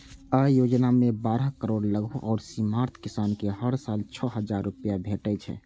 अय योजना मे बारह करोड़ लघु आ सीमांत किसान कें हर साल छह हजार रुपैया भेटै छै